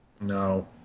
No